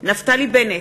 נפתלי בנט,